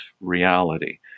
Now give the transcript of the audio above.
reality